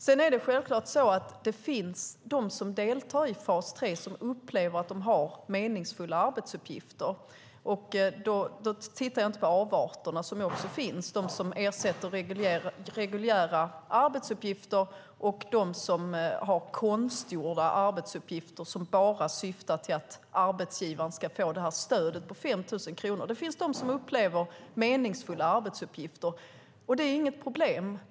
Sedan är det självklart att det finns de som deltar i fas 3 som upplever att de har meningsfulla arbetsuppgifter. Och då tittar jag inte på avarterna, som också finns, de som ersätter reguljära arbetsuppgifter och det som är konstgjorda arbetsuppgifter som bara syftar till att arbetsgivaren ska få stödet på 5 000 kronor. Det finns de som upplever att de har meningsfulla arbetsuppgifter, och det är inget problem.